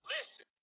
Listen